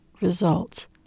results